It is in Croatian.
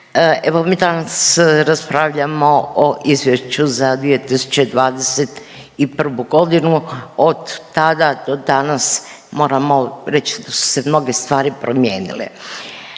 evo, mi danas raspravljamo o Izvješću za 2021. g., od tada do danas moramo reći da su se mnoge stvari promijenile.